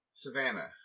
Savannah